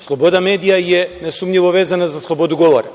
Sloboda medija je nesumnjivo vezana za slobodu govora,